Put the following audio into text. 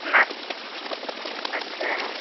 नस अच्छा